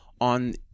on